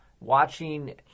Watching